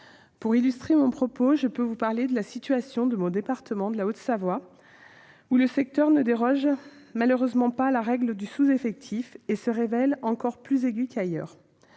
Pour illustrer mon propos, je vous parlerai de la situation de mon département, la Haute-Savoie, où le secteur ne déroge malheureusement pas à la règle du sous-effectif et où le problème se révèle encore plus aigu qu'ailleurs.